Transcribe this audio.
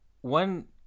one